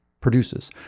produces